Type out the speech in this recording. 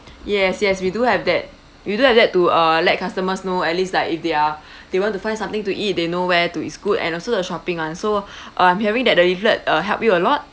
yes yes we do have that we do have that to uh let customers know at least like if they're they want to find something to eat they know where to is good and also the shopping [one] so uh I'm hearing that the leaflet uh help you a lot